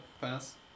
pass